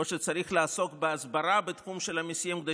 או שצריך לעסוק בהסברה בתחום של המיסים כדי